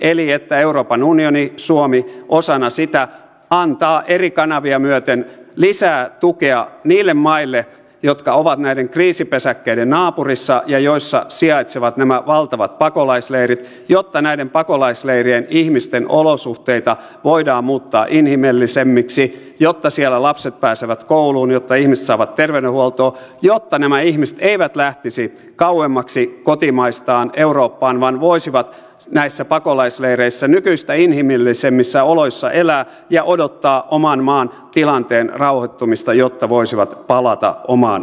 että euroopan unioni suomi osana sitä antaa eri kanavia myöten lisää tukea niille maille jotka ovat näiden kriisipesäkkeiden naapurissa ja joissa sijaitsevat nämä valtavat pakolaisleirit jotta näiden pakolaisleirien ihmisten olosuhteita voidaan muuttaa inhimillisemmiksi jotta siellä lapset pääsevät kouluun jotta ihmiset saavat terveydenhuoltoa jotta nämä ihmiset eivät lähtisi kauemmaksi kotimaistaan eurooppaan vaan voisivat näissä pakolaisleireissä nykyistä inhimillisemmissä oloissa elää ja odottaa oman maan tilanteen rauhoittumista jotta voisivat palata omaan kotimaahansa